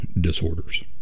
disorders